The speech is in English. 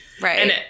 Right